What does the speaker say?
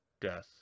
Death